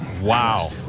Wow